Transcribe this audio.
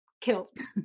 kilts